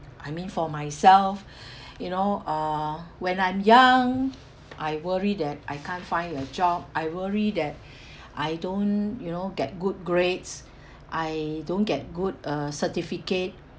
I mean for myself you know uh when I'm young I worry that I can't find a job I worry that I don't you know get good grades I don't get good uh certificate